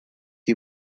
you